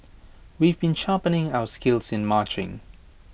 we've been sharpening our skills in marching